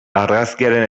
argazkiaren